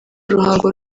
ruhango